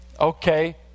Okay